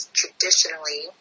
traditionally